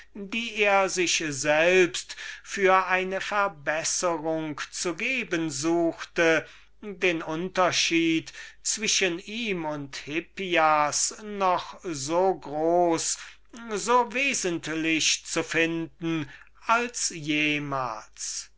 die er sich selbst für eine verbesserung zu geben suchte der unterscheid zwischen ihm und hippias noch so groß so wesentlich sei als jemals